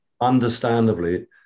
understandably